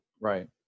Right